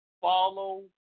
Follow